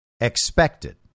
expected